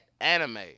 anime